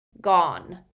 Gone